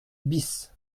bis